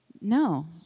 No